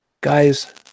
Guys